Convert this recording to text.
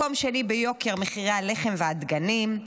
מקום שני ביוקר מחירי הלחם והדגנים,